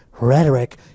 rhetoric